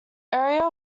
area